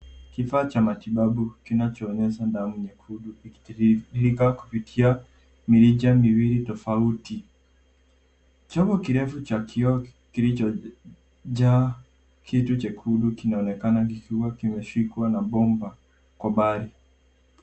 Kifaa cha matibabu, kinachoonyesha damu nyekundu ikitiririka kupitia mirija miwili tofauti. Chombo kirefu cha kioo, kilichojaa kitu chekundu kinaonekana kikiwa kimeshikwa na bomba kwa mbali.